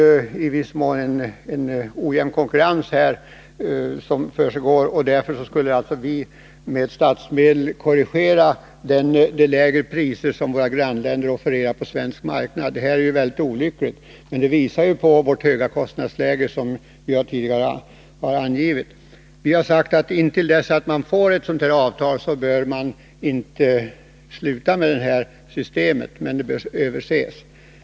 Det är i viss mån en ojämn konkurrenssituation, och därför har vi med statsmedel något korrigerat de lägre priser som våra grannländer offererar på den svenska marknaden. Detta är mycket olyckligt. Men det visar vårt höga kostnadsläge, som vi tidigare har angivit. Vi har sagt, att intill dess ett sådant här avtal har slutits så bör man inte slopa det nuvarande systemet, men det bör ses över.